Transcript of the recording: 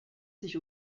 sich